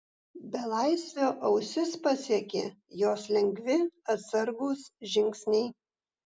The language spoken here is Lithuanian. belaisvio ausis pasiekė jos lengvi atsargūs žingsniai